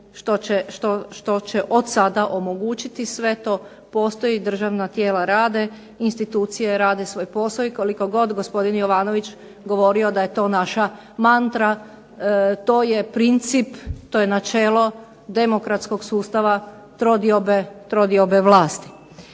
što će od sada omogućiti sve to. Postoji državna tijela rade, institucije rade svoj posao i koliko god gospodin Jovanović govorio da je to naša mantra, to je princip, to je načelo demokratskog sustava trodiobe vlasti.